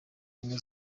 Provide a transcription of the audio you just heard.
ubumwe